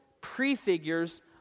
prefigures